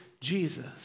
Jesus